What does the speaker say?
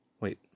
Wait